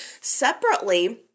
separately